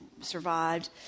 survived